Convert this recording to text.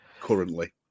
currently